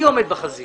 אני עומד בחזית